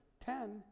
ten